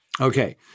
Okay